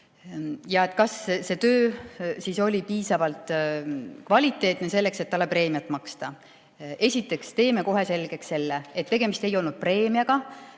Kas see töö oli piisavalt kvaliteetne selleks, et talle preemiat maksta? Esiteks teeme kohe selgeks, et tegemist ei olnud preemiaga,